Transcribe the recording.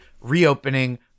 reopening